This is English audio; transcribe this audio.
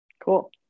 Cool